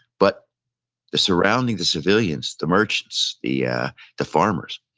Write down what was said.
but the surrounding, the civilians, the merchants, yeah the farmers,